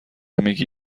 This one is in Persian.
میگی